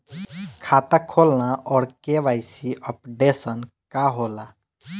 खाता खोलना और के.वाइ.सी अपडेशन का होला?